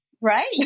Right